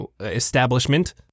establishment